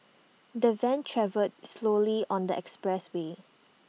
the van travelled slowly on the expressway